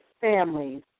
families